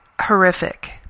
horrific